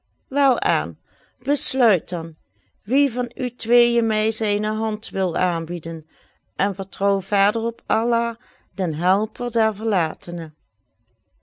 welaan besluit dan wie van u tweeën mij zijne hand wil aanbieden en vertrouwt verder op allah den helper der verlatenen